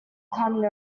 climbing